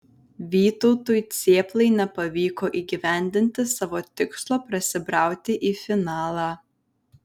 vytautui cėplai nepavyko įgyvendinti savo tikslo prasibrauti į finalą